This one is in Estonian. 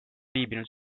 viibinud